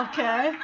Okay